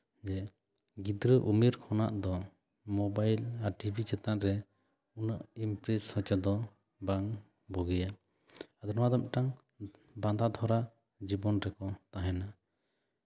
ᱡᱮ ᱜᱤᱫᱽᱨᱟᱹ ᱩᱢᱮᱨ ᱠᱷᱚᱱᱟᱜ ᱫᱚ ᱢᱳᱵᱟᱭᱤᱞ ᱟᱨ ᱴᱤᱵᱷᱤ ᱪᱮᱛᱟᱱ ᱨᱮ ᱩᱱᱟᱹᱜ ᱤᱢᱯᱨᱮᱥ ᱦᱚᱪᱚ ᱫᱚ ᱵᱟᱝ ᱵᱩᱜᱤᱭᱟ ᱟᱫᱚ ᱱᱚᱣᱟ ᱫᱚ ᱢᱤᱫᱴᱟᱝ ᱵᱟᱫᱷᱟ ᱫᱷᱚᱨᱟ ᱡᱤᱵᱚᱱ ᱨᱮᱠᱚ ᱛᱟᱦᱮᱱᱟ